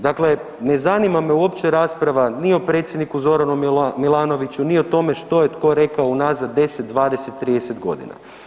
Dakle, ne zanima me uopće rasprava ni o predsjedniku Zoranu Milanoviću ni o tome što je tko rekao unazad 10, 20, 30 godina.